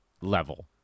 level